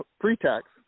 pre-tax